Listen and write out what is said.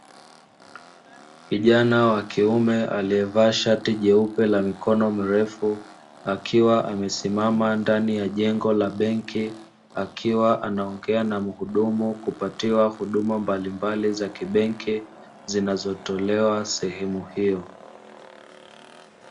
Kijana wa kiume alievaa shati jeupe la mikono mirefu, akiwa amesimama ndani ya jengo la benki, akiwa anaongea na mhudumu kupatiwa huduma mbalimbali za kibenki, zinazotolewa sehemu hiyo.